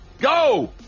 go